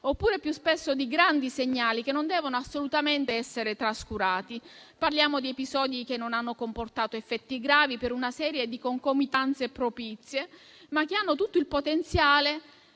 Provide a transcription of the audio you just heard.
oppure, più spesso, di grandi segnali, che non devono assolutamente essere trascurati. Parliamo di episodi che non hanno comportato effetti gravi per una serie di concomitanze propizie, ma che hanno tutto il potenziale